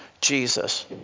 Jesus